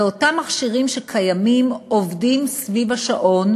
ובאותם מכשירים שקיימים עובדים סביב השעון,